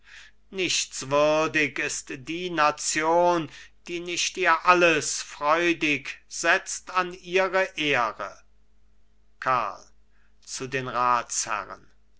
nichtswürdig ist die nation die nicht ihr alles freudig setzt an ihre ehre karl zu den ratsherren